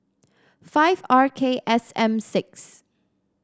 five R K S M six